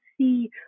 see